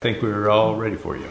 i think we're all ready for you